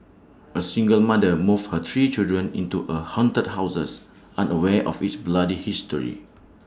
A single mother moves her three children into A haunted houses unaware of its bloody history